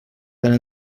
tant